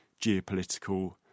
geopolitical